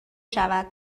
شود